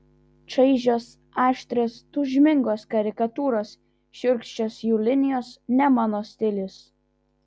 čaižios aštrios tūžmingos karikatūros šiurkščios jų linijos ne mano stilius